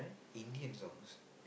Indian songs